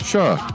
Sure